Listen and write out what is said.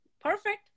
Perfect